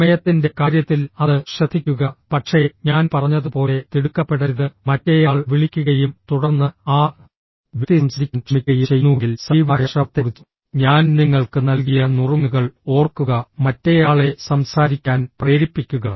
സമയത്തിന്റെ കാര്യത്തിൽ അത് ശ്രദ്ധിക്കുക പക്ഷേ ഞാൻ പറഞ്ഞതുപോലെ തിടുക്കപ്പെടരുത് മറ്റേയാൾ വിളിക്കുകയും തുടർന്ന് ആ വ്യക്തി സംസാരിക്കാൻ ശ്രമിക്കുകയും ചെയ്യുന്നുവെങ്കിൽ സജീവമായ ശ്രവണത്തെക്കുറിച്ച് ഞാൻ നിങ്ങൾക്ക് നൽകിയ നുറുങ്ങുകൾ ഓർക്കുക മറ്റേയാളെ സംസാരിക്കാൻ പ്രേരിപ്പിക്കുക